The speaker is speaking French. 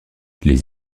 les